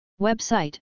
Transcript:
Website